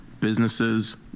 businesses